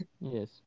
Yes